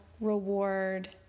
reward